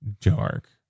dark